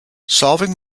solving